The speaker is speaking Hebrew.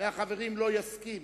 מהחברים לא יסכים